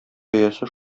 бәясе